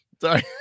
sorry